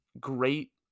great